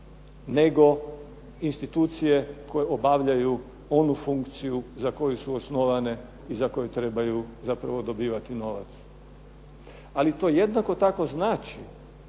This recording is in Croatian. nego institucije koje obavljaju onu funkciju za koju su osnovane i za koju trebaju zapravo dobivati novac. Ali to jednako tako znači